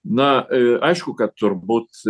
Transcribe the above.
na aišku kad turbūt